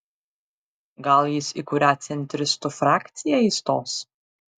gal jis į kurią centristų frakciją įstos